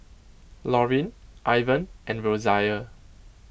Lorin Ivan and Rosia